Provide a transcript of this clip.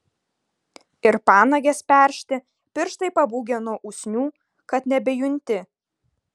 ir panagės peršti pirštai pabūgę nuo usnių kad nebejunti